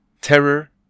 terror